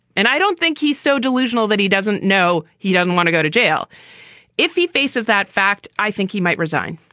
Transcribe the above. and i don't think he's so delusional that he doesn't know he doesn't want to go to jail if he faces that fact, i think he might resign